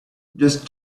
just